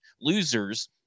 losers